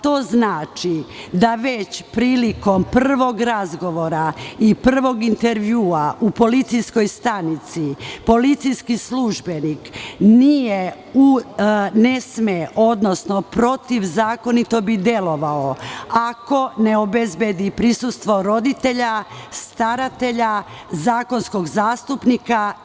To znači da već prilikom prvog razgovora i prvog intervjua u policijskoj stanici policijski službenik ne sme, odnosno protivzakonito bi delovao ako ne obezbedi prisustvo roditelja, staratelja, zakonskog zastupnika.